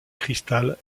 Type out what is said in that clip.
cristal